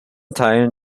teilen